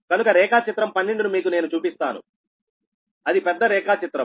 కనుక రేఖాచిత్రం 12 ను మీకు నేను చూపిస్తానుఅది పెద్ద రేఖా చిత్రము